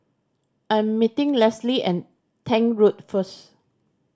I am meeting Lesly at Tank Road first